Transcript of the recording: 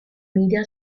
media